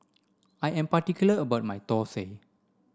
I am particular about my Thosai